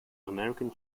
american